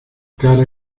cara